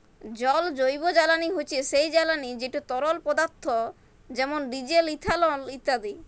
জল জৈবজ্বালানি হছে সেই জ্বালানি যেট তরল পদাথ্থ যেমল ডিজেল, ইথালল ইত্যাদি